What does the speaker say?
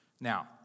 Now